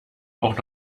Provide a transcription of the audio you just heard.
auch